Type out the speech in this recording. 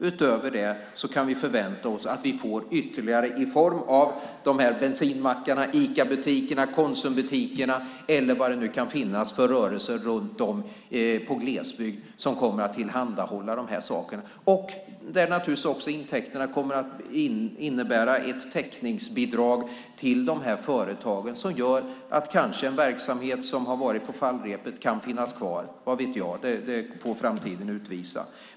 Utöver detta kan vi förvänta oss att vi får ytterligare apotek i form av bensinmackar, Icabutiker, Konsumbutiker eller vad det nu kan finnas för rörelser runt om i glesbygden som kommer att tillhandahålla detta. Intäkterna kommer naturligtvis också att innebära ett täckningsbidrag till de här företagen, vilket gör att en verksamhet som kanske har varit på fallrepet kan finnas kvar - vad vet jag? Det får framtiden utvisa.